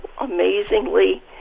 amazingly